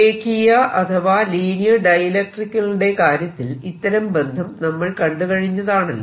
രേഖീയ അഥവാ ലീനിയർ ഡൈഇലക്ട്രിക്കുകളുടെ കാര്യത്തിൽ ഇത്തരം ബന്ധം നമ്മൾ കണ്ടുകഴിഞ്ഞതാണല്ലോ